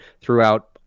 throughout